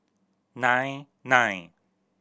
nine nine